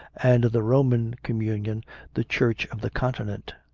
and the roman communion the church of the continent.